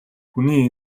хүний